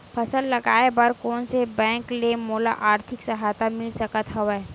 फसल लगाये बर कोन से बैंक ले मोला आर्थिक सहायता मिल सकत हवय?